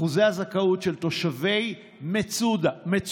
אחוז הזכאות של תושבי מצובה